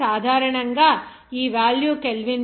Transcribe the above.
కాబట్టి సాధారణంగా ఈ వేల్యూ కెల్విన్కు 1